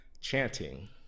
chanting